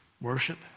Worship